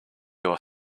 your